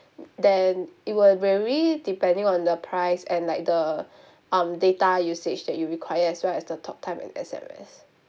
then it will vary depending on the price and like the um data usage that you require as well as the talktime and S_M_S